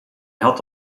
had